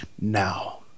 now